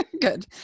good